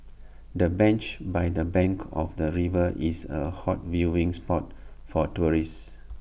the bench by the bank of the river is A hot viewing spot for tourists